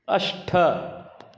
अष्ट